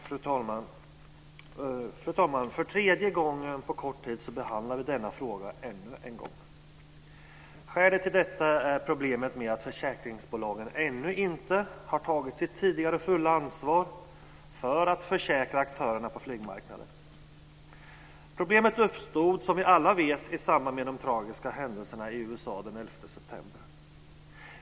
Fru talman! För tredje gången på kort tid behandlar vi denna fråga ännu en gång. Skälet till detta är problemet med att försäkringsbolagen ännu inte har tagit sitt tidigare fulla ansvar för att försäkra aktörerna på flygmarknaden. Problemet uppstod, som vi alla vet, i samband med de tragiska händelserna i USA den 11 september.